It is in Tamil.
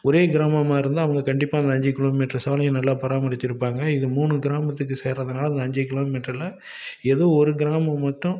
ஒரே கிராமமாக இருந்தால் அவங்க கண்டிப்பாக அந்த அஞ்சு கிலோமீட்டர் சாலையை நல்லா பராமரித்திருப்பாங்க இது மூணு கிராமத்துக்கு சேருறதுனால அந்த அஞ்சு கிலோமீட்டரில் ஏதோ ஒரு கிராமம் மட்டும்